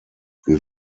wir